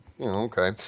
Okay